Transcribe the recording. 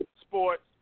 sports